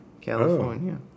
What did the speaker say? California